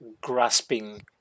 grasping